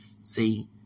See